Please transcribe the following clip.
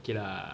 okay lah